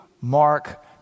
Mark